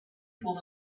pull